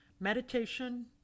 meditation